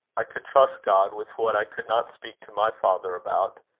i could trust god with what i could not speak to my father about.